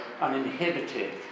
uninhibited